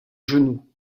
genou